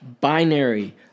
binary